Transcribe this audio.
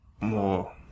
More